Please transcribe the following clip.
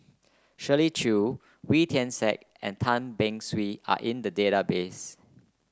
Shirley Chew Wee Tian Siak and Tan Beng Swee are in the database